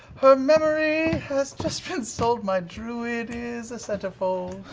her memory has just been sold, my druid is a centerfold,